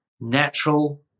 natural